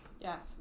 Yes